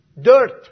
dirt